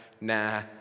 nah